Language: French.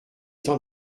temps